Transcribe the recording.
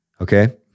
okay